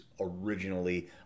originally